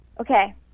Okay